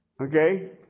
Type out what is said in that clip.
Okay